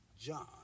John